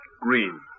Green